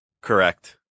correct